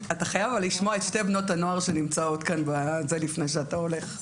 אבל אתה חייב לשמוע את שתי בנות הנוער שנמצאות כאן לפני שאתה הולך.